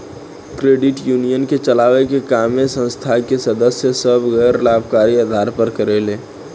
credit union के चलावे के काम ए संस्था के सदस्य सभ गैर लाभकारी आधार पर करेले